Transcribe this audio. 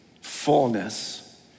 fullness